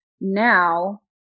now